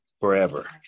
forever